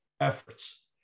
efforts